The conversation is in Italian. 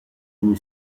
ogni